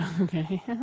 Okay